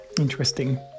Interesting